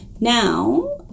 Now